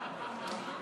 נדחתה,